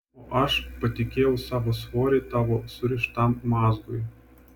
o aš patikėjau savo svorį tavo surištam mazgui